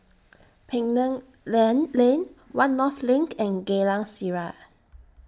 Penang Lane Lane one North LINK and Geylang Serai